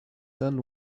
then